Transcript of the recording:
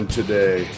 today